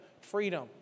freedom